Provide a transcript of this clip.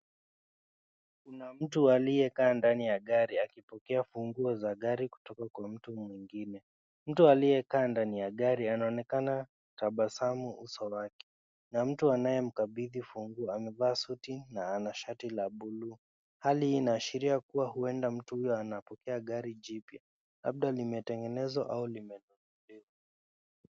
Kuna mtu alie kaa ndani ya gari aki chukua ufunguo wa gari kutoka mtu mwingine. Mtu alie kaa ndani ya gari anaonekana tabasamu uso wake na mtu anaye mkabidhi ufunguo amevaa suti na ana shati la buluu, halii ina ashiria kuwa huenda huyu mtu ana pokea gari jipya labda limetengenzwa au.